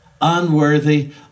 unworthy